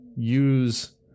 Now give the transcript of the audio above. Use